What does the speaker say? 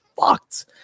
fucked